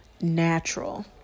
natural